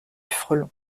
frelon